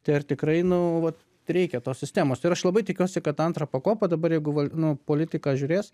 tai ar tikrai nu vat reikia tos sistemos ir aš labai tikiuosi kad tą antrą pakopą dabar jeigu va nu politika žiūrės